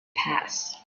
passed